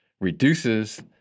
reduces